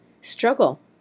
struggle